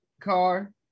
car